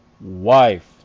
wife